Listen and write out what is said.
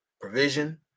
Provision